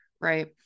right